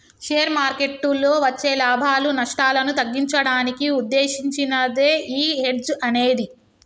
share మార్కెట్టులో వచ్చే లాభాలు, నష్టాలను తగ్గించడానికి వుద్దేశించినదే యీ హెడ్జ్ అనేది